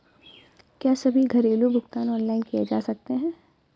क्या सभी घरेलू भुगतान ऑनलाइन किए जा सकते हैं?